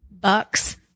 bucks